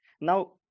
Now